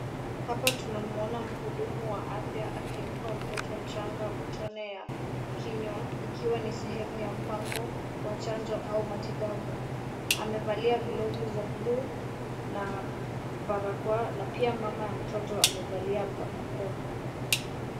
Hapa tunamuona muhudumu wa afya akimpa mtoto mchanga matone ya kinywa ikiwa ni sehemu ya mpango wa chanjo au matibabu. Amevalia glovu za buluu na barakoa na pia mama ya mtoto amevalia barakoa.